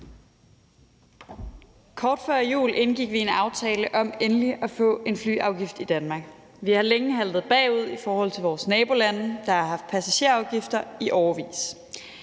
Kort før jul indgik vi en aftale om endelig at få en flyafgift i Danmark. Vi har længe haltet bagud i forhold til vores nabolande, der har haft passagerafgifter i årevis,